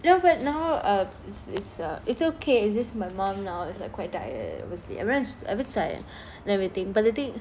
then after that now uh it's it's uh it's okay is just my mom now is like quite tired obviously everyone's a bit tired and everything but the thing